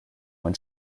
when